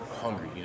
hungry